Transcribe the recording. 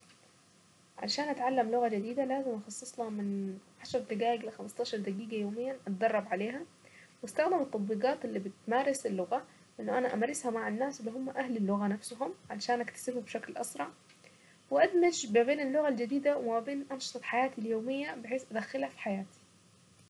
عشان اتعلم لغة جديدة لازم أخصص لها من عشر دقائق إلى خمسة عشر دقيقة يوميا أتدرب عليها، واستخدم التطبيقات اللي بتمارس اللغة أنه انا امارسها مع الناس اللي هما اهل اللغة نفسهم، عشان اكتسبها بشكل أسرع، وأدمج ما بين اللغة الجديدة وما بين أنشطة حياتي اليومية بحيث ادخلها في حياتي.